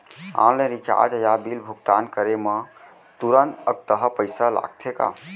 Online recharge या bill भुगतान करे मा तुरंत अक्तहा पइसा लागथे का?